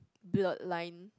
blurred line